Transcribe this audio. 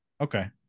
Okay